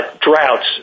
droughts